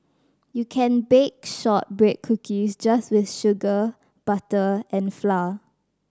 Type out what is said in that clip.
you can bake shortbread cookies just with sugar butter and flour